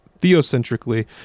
theocentrically